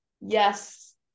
yes